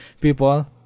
people